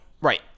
Right